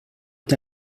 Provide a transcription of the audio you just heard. est